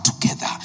together